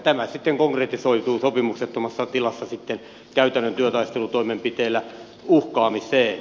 tämä sitten konkretisoituu sopimuksettomassa tilassa käytännön työtaistelutoimenpiteillä uhkaamiseen